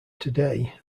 today